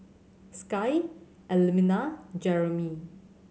Sky Elmina and Jermey